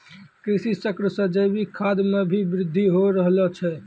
कृषि चक्र से जैविक खाद मे भी बृद्धि हो रहलो छै